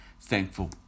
thankful